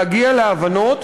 להגיע להבנות,